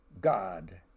God